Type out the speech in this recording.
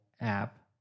app